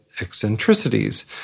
eccentricities